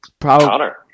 Connor